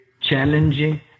challenging